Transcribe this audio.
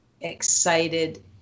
excited